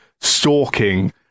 stalking